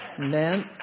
amen